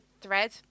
thread